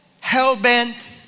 hell-bent